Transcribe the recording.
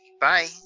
Bye